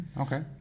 Okay